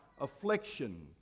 affliction